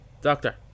Doctor